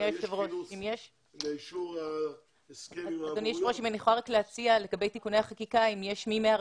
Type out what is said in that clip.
אם אני יכולה להציע לגבי תיקוני החקיקה.